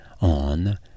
on